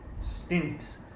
stints